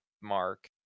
mark